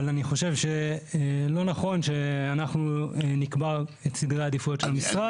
אבל אני חושב שלא נכון שאנחנו נקבע את סדרי העדיפויות של המשרד.